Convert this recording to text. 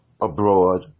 abroad